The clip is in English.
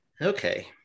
okay